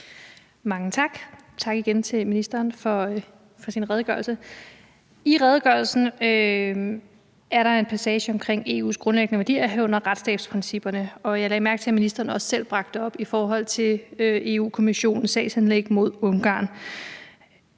Mange tak. Tak igen til ministeren for hans redegørelse. I redegørelsen er der en passage om EU's grundlæggende værdier, herunder retsstatsprincipperne. Jeg lagde mærke til, at ministeren også selv bragte det op i forhold til Europa-Kommissionens sagsanlæg mod Ungarn.